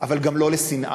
אבל גם לא לשנאה.